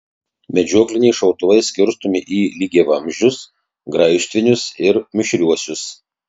medžiokliniai šautuvai skirstomi į lygiavamzdžius graižtvinius ir mišriuosius